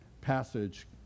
passage